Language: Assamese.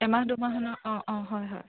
এমাহ দুমাহত অঁ অঁ হয় হয়